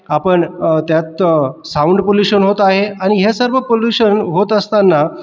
आपण त्यातं साउंड पलुषण होत आहे आणि या सर्व पलुषण होत असताना